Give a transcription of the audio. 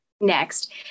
Next